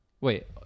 Wait